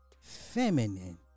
Feminine